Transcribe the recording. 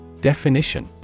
definition